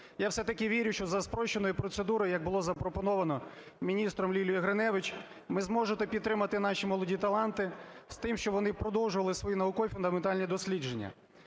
я все-таки вірю, що за спрощеною процедурою, як було запропоновано міністром Лілією Гриневич, ви зможете підтримати наші молоді таланти з тим, щоб вони продовжили свої наукові фундаментальні дослідження.